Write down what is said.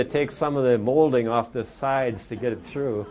to take some of the molding off the sides to get it through